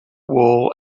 wool